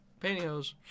pantyhose